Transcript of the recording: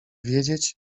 wiedzieć